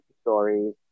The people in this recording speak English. stories